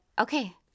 okay